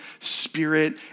spirit